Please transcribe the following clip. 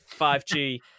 5G